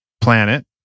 planet